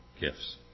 gifts